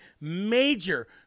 major